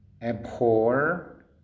abhor